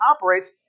operates